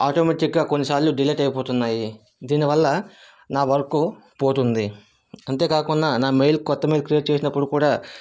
automatic గా కొన్నిసార్లు delete అయిపోతున్నాయి దీనివల్ల నా వర్క్ పోతుంది అంతేకాకున్న నా మెయిల్ కొత్త మెయిల్ క్రియేట్ చేసినప్పుడు కూడా